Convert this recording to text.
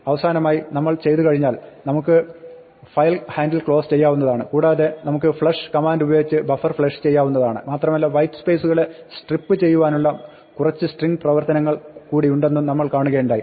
അവസാനമായി നമ്മൾ ചെയ്തുകഴിഞ്ഞാൽ നമുക്ക് ഫയൽ ഹാൻഡിൽ ക്ലോസ് ചെയ്യാവുന്നതാണ് കൂടാതെ നമുക്ക് flush കമാന്റുപയോഗിച്ച് ബഫർ ഫ്ലഷ് ചെയ്യാവുന്നതുമാണ് മാത്രമല്ല വൈറ്റ് സ്പേസുകളെ സ്ട്രിപ്പ് ചെയ്യുവാനുള്ള കുറച്ച് സ്ട്രിങ്ങ് പ്രവർത്തനങ്ങളൾ കൂടിയുണ്ടെന്നും നമ്മൾ കാണുകയുണ്ടായി